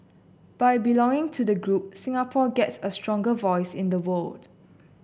by belonging to the group Singapore gets a stronger voice in the world